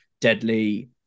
deadly